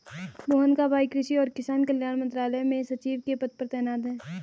मोहन का भाई कृषि और किसान कल्याण मंत्रालय में सचिव के पद पर तैनात है